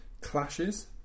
clashes